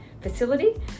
facility